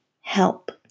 help